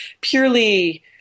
purely